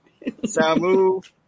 Samu